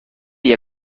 est